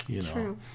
True